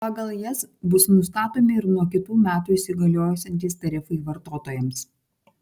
pagal jas bus nustatomi ir nuo kitų metų įsigaliosiantys tarifai vartotojams